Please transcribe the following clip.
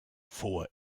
vor